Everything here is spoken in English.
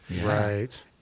right